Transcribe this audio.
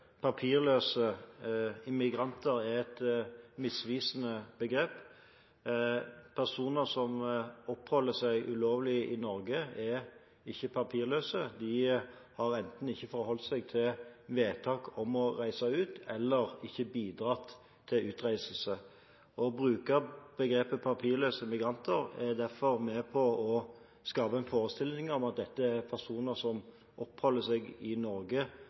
immigranter» er et misvisende begrep. Personer som oppholder seg ulovlig i Norge, er ikke papirløse. Enten har de ikke forholdt seg til vedtak om å reise ut, eller de har ikke bidratt til utreise. Å bruke begrepet «papirløse immigranter» er derfor med på å skape en forestilling om at dette er personer som oppholder seg i Norge,